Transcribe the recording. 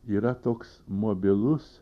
yra toks mobilus